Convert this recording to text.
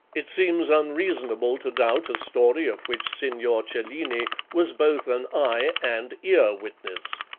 it seems unreasonable to doubt a story of which signor cellini was both an eye and ear witness.